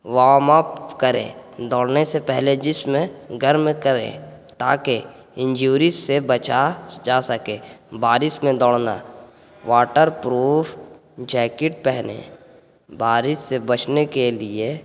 warm up کریں دوڑنے سے پہلے جسم گرم کریں تاکہ انجوریز سے بچا جا سکے بارش میں دوڑنا واٹر پروف جیکٹ پہنیں بارش سے بچنے کے لیے